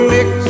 Mix